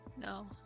No